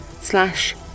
slash